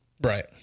right